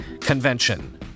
convention